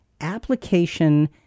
application